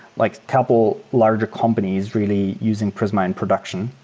like couple larger companies really using prisma in production,